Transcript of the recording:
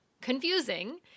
confusing